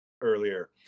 earlier